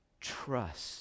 trust